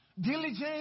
Diligence